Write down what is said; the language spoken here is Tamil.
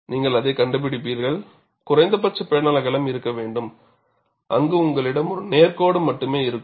நீங்கள் அதைக் கண்டுபிடிப்பீர்கள் குறைந்தபட்ச பேனல் அகலம் இருக்க வேண்டும் அங்கு உங்களிடம் ஒரு நேர் கோடு மட்டுமே இருக்கும்